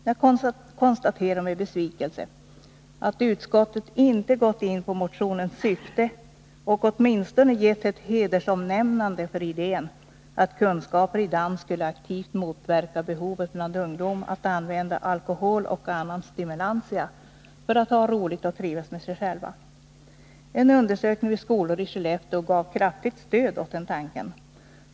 Jag konstaterar med besvikelse att utskottet inte biträtt motionens syfte eller åtminstone gett ett hedersomnämnande åt att kunskaper i dans aktivt skulle motverka behovet bland ungdom att använda alkohol och annan stimulantia för att ha roligt och trivas med sig själva. En undersökning vid skolor i Skellefteå gav kraftigt stöd åt den tanken.